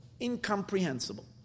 incomprehensible